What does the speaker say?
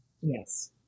Yes